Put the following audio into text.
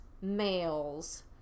males